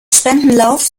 spendenlauf